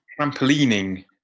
Trampolining